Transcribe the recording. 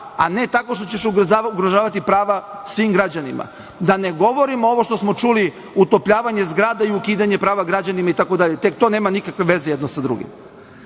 a ne tako što ćeš ugrožavati prava svim građanima. Da ne govorim ovo što smo čuli utopljavanje zgrada i ukidanje prava građanima itd. Tek to nema nikakve veze jedno sa drugim. Dakle,